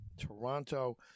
Toronto